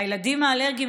והילדים האלרגיים,